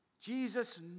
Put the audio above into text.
Jesus